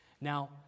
Now